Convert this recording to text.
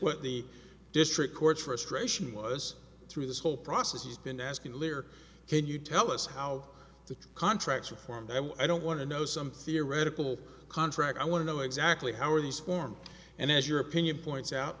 what the district court frustration was through this whole process has been asking clear can you tell us how the contracts are formed and i don't want to know some theoretical contract i want to know exactly how are these formed and as your opinion points out